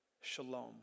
Shalom